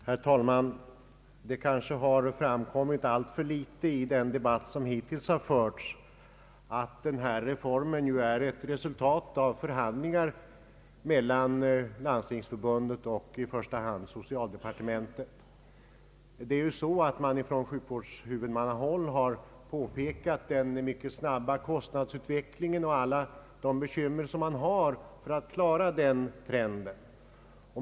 Herr talman! Det kanske har framkommit alltför litet i den debatt som hittills har förts att den här reformen är ett resultat av förhandlingar mellan Landstingsförbundet och i första hand socialdepartementet. Från sjukvårdshuvudmannahåll har man påpekat den mycket snabba kostnadsutvecklingen och alla de bekymmer man har för att klara den.